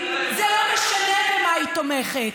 זה לא משנה במה היא תומכת.